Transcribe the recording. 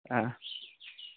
ᱟ